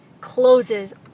closes